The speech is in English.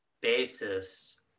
basis